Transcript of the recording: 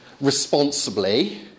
responsibly